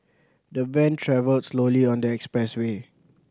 the van travelled slowly on the expressway